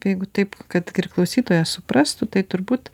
jeigu taip kad ir klausytojas suprastų tai turbūt